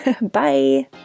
bye